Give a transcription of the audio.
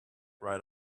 right